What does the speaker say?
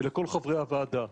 ולכל חברי הוועדה.